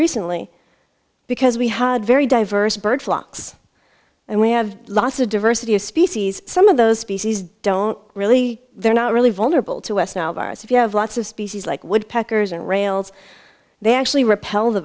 recently because we had very diverse bird flocks and we have lots of diversity of species some of those species don't really they're not really vulnerable to west nile virus if you have lots of species like woodpeckers and rails they actually repel the